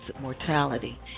mortality